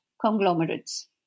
conglomerates